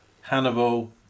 Hannibal